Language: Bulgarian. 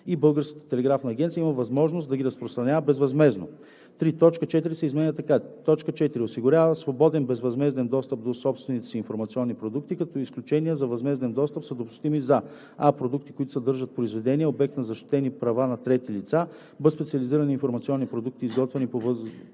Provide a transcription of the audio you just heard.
и Българската телеграфна агенция има възможност да ги разпространява безвъзмездно.“ 2. Точка 4 се изменя така: „4. осигурява свободен безвъзмезден достъп до собствените си информационни продукти като изключения за възмезден достъп са допустими за: а) продукти, които съдържат произведения, обект на защитени права на трети лица; б) специализирани информационни продукти, изготвяни по възлагане;